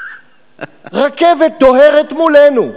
רכבת דוהרת מולנו,